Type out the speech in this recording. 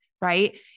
right